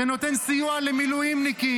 שנותן סיוע למילואימניקים,